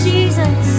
Jesus